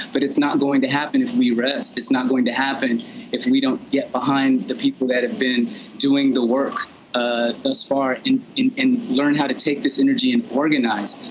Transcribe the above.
but it's not going to happen if we rest. it's not going to happen if we don't get behind the people that have been doing the work ah thus far and and learn how to take this energy and organize,